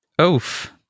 Oof